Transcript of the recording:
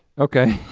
okay.